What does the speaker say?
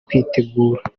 kwitegura